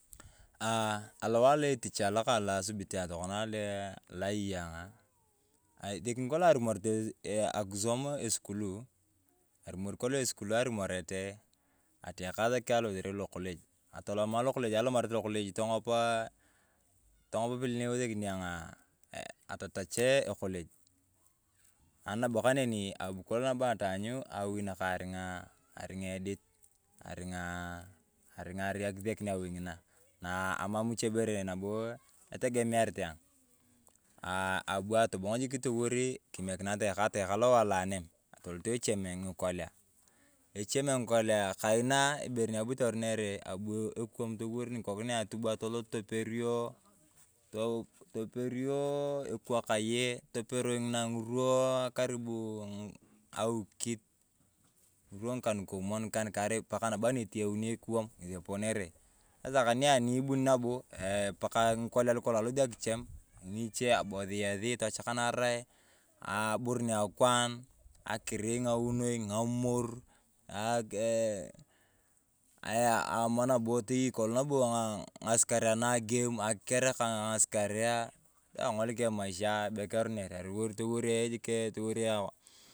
Aah alowae alo etich alokang alo asubitayong tokona do ayei ayong’a, esikini ayong akisom esukulu, arumori kolong esukulu arumoritee, atoekaa asaki alosere lokolej, alomaret lokoloj tong’om pilee ni awosekino ayong atotache ekoloj. Ani nabo kaneni, abu ayong ataany awi nakang aring’a arai akisekin awi ng’inaa. Na amam iche here nabo etegemiarit ayong. aaah abu atobong toliwori kimikinae atoakaa atoakaa lowae lo anam, alot echem ng’ikolea. Echem ng’kolea kainaa ibere ni abu toronerii abu ekuwom toliwori nikokinae atubwa toperiyo ekwak yei topero inaa ng’irwa karubuu awikit, ng’irwa ng’ikankarei pakaa etiyaun ekuwom ng’esi eponere. Sasaa kaneni a anibuni nabo eeh pakaa ng’ikolea lokolong alosio akichem, ng’iche abosiasi, tochakanarae, aborum akwaan, akirii ng’aunoi, ng’amor, aa eeh ayaa amaa nabo toyei kolong nabo ng’asi karea na gem, akiker kaa ng’asikarea, eng’olik emaishaa be kroner toliwor jikiaa.